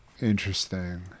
Interesting